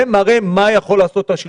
זה מראה מה יכול לעשות השלטון המקומי.